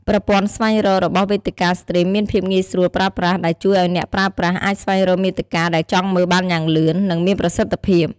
ប្រព័ន្ធស្វែងរករបស់វេទិកាស្ទ្រីមមានភាពងាយស្រួលប្រើប្រាស់ ដែលជួយឲ្យអ្នកប្រើប្រាស់អាចស្វែងរកមាតិកាដែលចង់មើលបានយ៉ាងលឿន និងមានប្រសិទ្ធភាព។